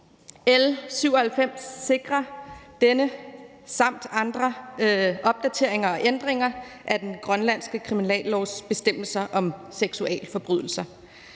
L 97 sikrer denne samt andre opdateringer og ændringer af den grønlandske kriminallovs bestemmelser om seksualforbrydelser.